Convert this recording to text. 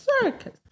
Circus